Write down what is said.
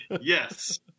Yes